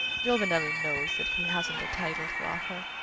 giovanelli knows that he hasn't a title to offer.